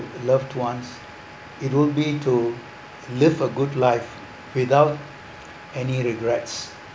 loved ones it would be to live a good life without any regrets